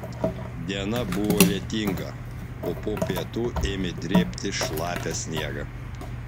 diena buvo lietinga o po pietų ėmė drėbti šlapią sniegą